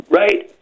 right